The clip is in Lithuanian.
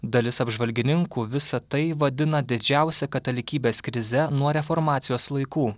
dalis apžvalgininkų visa tai vadina didžiausia katalikybės krize nuo reformacijos laikų